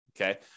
okay